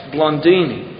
Blondini